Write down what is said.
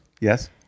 Yes